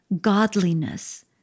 godliness